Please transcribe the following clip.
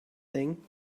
thing